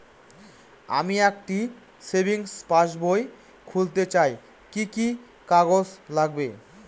আমি একটি সেভিংস পাসবই খুলতে চাই কি কি কাগজ লাগবে?